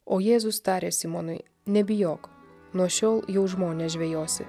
o jėzus tarė simonui nebijok nuo šiol jau žmones žvejosi